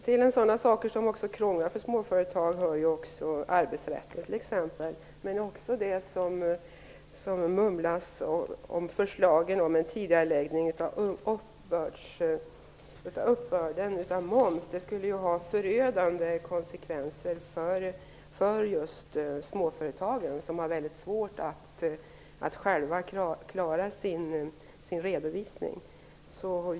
Till det som krånglar till det för småföretagen hör bl.a. arbetsrätten, men det mumlas också om förslagen om en tidigareläggning av momsuppbörden. Dessa skulle få förödande konsekvenser just för småföretagen, som har stora svårigheter att själva klara sin redovisning.